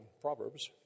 proverbs